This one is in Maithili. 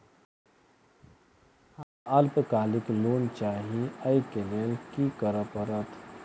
हमरा अल्पकालिक लोन चाहि अई केँ लेल की करऽ पड़त?